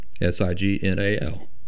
s-i-g-n-a-l